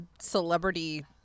celebrity